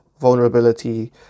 vulnerability